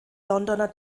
londoner